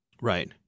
Right